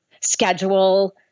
schedule